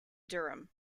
durham